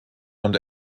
und